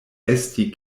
esti